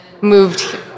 moved